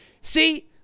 See